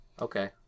Okay